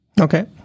Okay